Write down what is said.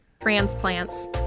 Transplants